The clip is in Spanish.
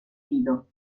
guido